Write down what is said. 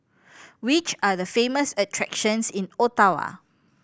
which are the famous attractions in Ottawa